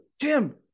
Tim